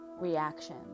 reaction